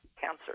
cancer